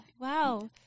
Wow